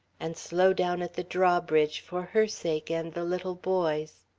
and slow down at the drawbridge for her sake and the little boy's.